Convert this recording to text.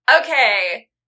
okay